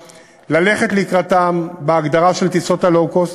ללכת לקראתן בהגדרה של טיסות Low Cost,